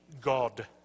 God